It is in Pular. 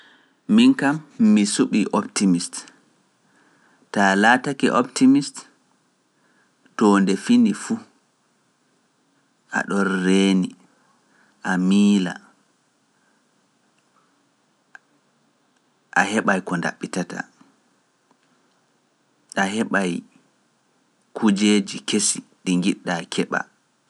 Min kam, mi suɓii optimist. Ta laatake optimist to nde fini fuu. Aɗon reeni, a miila, a heɓay ko ndaɓɓitata, a heɓay kujeeji kesi ɗi ngiɗɗaa keɓa.